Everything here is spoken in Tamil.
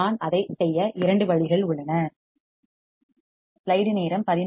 நான் அதை செய்ய இரண்டு வழிகள் உள்ளன